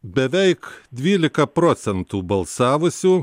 beveik dvylika procentų balsavusių